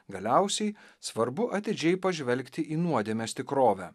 galiausiai svarbu atidžiai pažvelgti į nuodėmės tikrovę